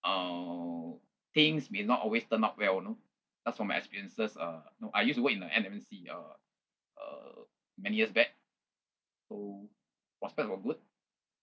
uh things may not always turn out well you know cause from my experiences uh no I used to work in a M_N_C uh uh many years back so prospect was good